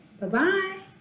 bye-bye